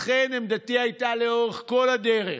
לכן עמדתי הייתה לאורך כל הדרך,